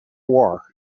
war